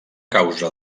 causa